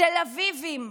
תל אביבים.